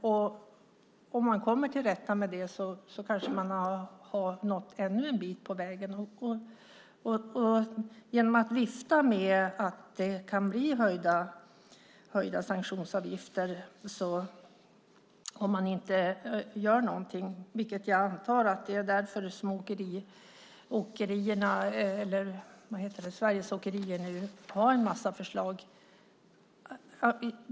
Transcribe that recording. Om man genom att vifta med höjda sanktionsavgifter, om ingenting sker, kommer till rätta med problemet har man kanske kommit ytterligare en bit på väg; jag antar att det är därför Sveriges Åkeriföretag nu har en mängd förslag.